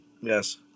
yes